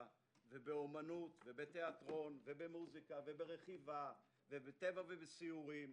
ובאומנות ובתיאטרון ובמוזיקה וברכיבה ובטבע ובסיורים,